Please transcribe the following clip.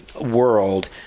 world